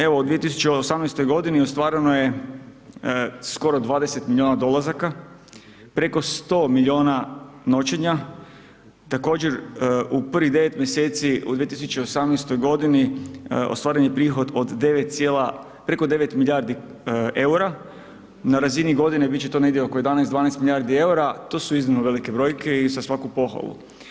Evo, u 2018.g. ostvareno je skoro 20 milijuna dolazaka, preko 100 milijuna noćenja, također u prvih 9 mjeseci u 2018.g. ostvaren je prihod od 9 cijela, preko 9 milijardi EUR-a, na razini godine bit će to negdje oko 11, 12 milijardi EUR-a, to su iznimno velike brojke i za svaku pohvalu.